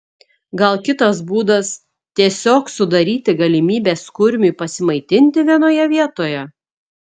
gal kitas būdas tiesiog sudaryti galimybes kurmiui pasimaitinti vienoje vietoje